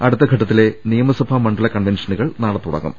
അടുത്തഘട്ടത്തിലെ നിയമസഭാ മണ്ഡല കൺവെൻഷനുകൾ നാളെ തുടങ്ങും